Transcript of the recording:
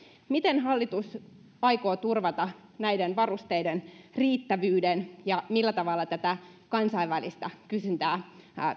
miten hallitus aikoo turvata näiden varusteiden riittävyyden ja millä tavalla tätä kansainvälistä kysyntää